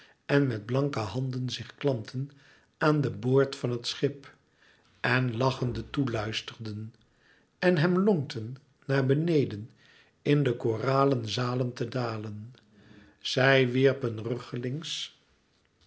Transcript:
en met blanke handen zich klampten aan den boord van het schip en lachende toe luisterden en hem lonkten naar beneden in de koralen zalen te dalen zij